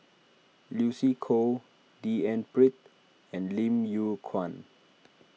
Lucy Koh D N Pritt and Lim Yew Kuan